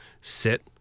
sit